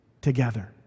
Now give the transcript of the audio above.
together